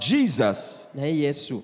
Jesus